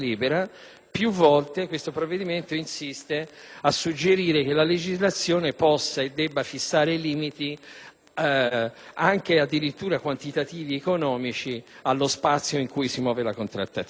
più volte il provvedimento insiste a suggerire che la legislazione possa e debba fissare limiti, addirittura anche quantitativi ed economici, allo spazio in cui si muove la contrattazione.